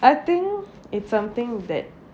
I think it's something that